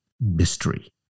mystery